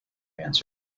answered